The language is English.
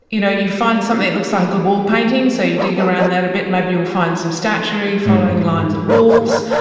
you know, you find something that looks like a good wall painting, so you dig around that a bit, maybe you will find some statuary following lines of walls,